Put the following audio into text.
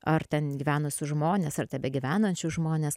ar ten gyvenusius žmones ar tebegyvenančius žmones